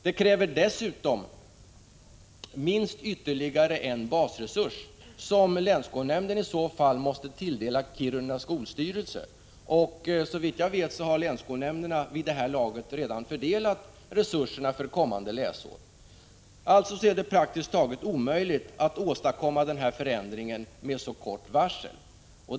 Det krävs dessutom minst ytterligare en basresurs, som länsskolnämnden i så fall måste tilldela Kiruna skolstyrelse. Såvitt jag vet har länsskolnämnderna vid det här laget redan fördelat resurserna för kommande läsår. Det är alltså praktiskt taget omöjligt att åstadkomma denna förändring med så kort varsel.